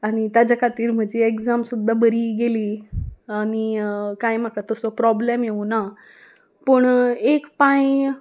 आनी ताज्या खातीर म्हजी एग्जाम सुद्दा बरी गेली आनी कांय म्हाका तसो प्रोब्लेम येवना पूण एक पांय